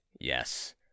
Yes